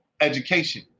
education